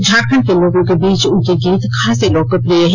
झारखंड के लोगों के बीच उनर्क गीत खासे लोकप्रिय हैं